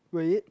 will it